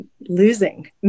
losing